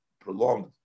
prolonged